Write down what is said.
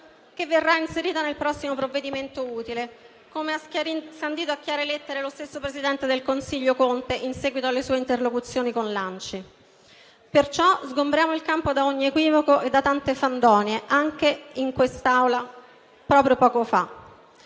che verrà inserita nel prossimo provvedimento utile, come ha scandito a chiare lettere lo stesso presidente del Consiglio Conte, in seguito alla sua interlocuzione con l'ANCI. Perciò sgombriamo il campo da ogni equivoco e da tante fandonie, anche in quest'Aula proprio poco fa.